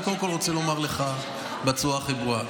אני קודם כול רוצה לומר לך בצורה הכי ברורה: